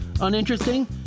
uninteresting